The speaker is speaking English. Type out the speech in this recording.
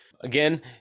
Again